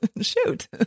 Shoot